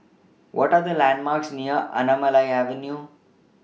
What Are The landmarks near Anamalai Avenue